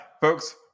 folks